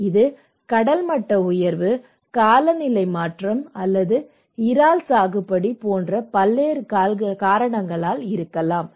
இது கடல் மட்ட உயர்வு காலநிலை மாற்றம் அல்லது இறால் சாகுபடி போன்ற பல்வேறு காரணங்களால் இருக்கலாம்